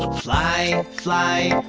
fly, fly,